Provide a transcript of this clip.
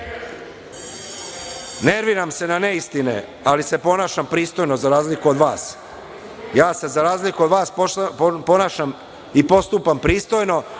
se na neistine, ali se ponašam pristojno za razliku od vas. Ja se za razliku od vas ponašam i postupam pristojno